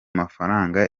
mafaranga